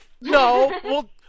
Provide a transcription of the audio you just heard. No